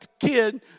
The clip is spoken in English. kid